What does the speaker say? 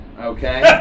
okay